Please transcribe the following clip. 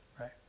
Right